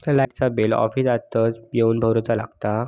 लाईटाचा बिल ऑफिसातच येवन भरुचा लागता?